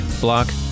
block